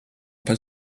pan